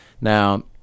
Now